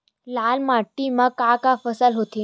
लाल माटी म का का फसल होथे?